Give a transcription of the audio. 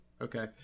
Okay